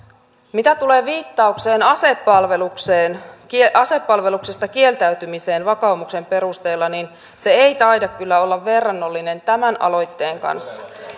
mitä tulee viittaukseen asepalveluksesta kieltäytymiseen vakaumuksen perusteella niin se ei taida kyllä olla verrannollinen tämän aloitteen kanssa